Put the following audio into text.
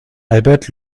albert